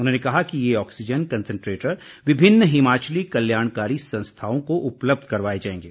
उन्होंने कहा कि ये ऑक्सीजन कंसन्ट्रेटर विभिन्न हिमाचली कल्याणकारी संस्थाओं का उपलब्ध करवाए जाएंगे